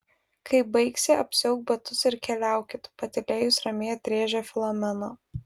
kai baigsi apsiauk batus ir keliaukit patylėjusi ramiai atrėžė filomena